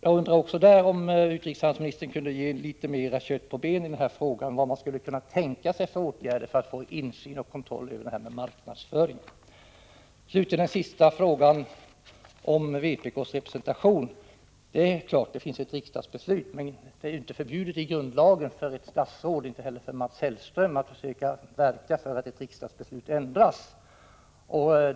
Jag undrar också om utrikeshandelsministern kunde ge litet mer kött på benen i den här frågan. Vad skulle man kunna tänka sig för åtgärder för att få insyn i och kontroll över marknadsföringen? Den sista frågan berör vpk:s representation. Det är klart att det finns ett riksdagsbeslut. Men det är inte förbjudet i grundlagen, inte heller för Mats Hellström, att försöka verka för att ett riksdagsbeslut ändras.